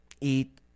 eat